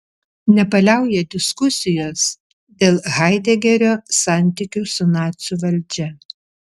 nepaliauja diskusijos dėl haidegerio santykių su nacių valdžia